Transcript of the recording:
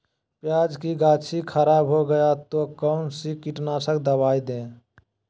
प्याज की गाछी खराब हो गया तो कौन सा कीटनाशक दवाएं दे?